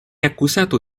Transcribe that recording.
accusato